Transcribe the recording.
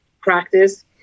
practice